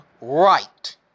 right